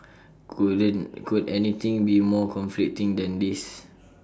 couldn't could anything be more conflicting than this